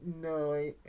No